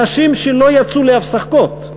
אנשים לא יצאו להפסקות,